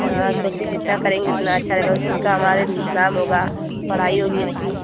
हाँ कोशिश जितना करेंगी उतना अच्छा रहेगा इस्कूल का हमारे नाम होगा पढ़ाई होगी अच्छी